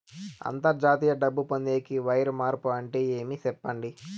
అంతర్జాతీయ డబ్బు పొందేకి, వైర్ మార్పు అంటే ఏమి? సెప్పండి?